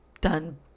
done